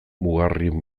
mugarrien